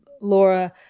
Laura